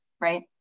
right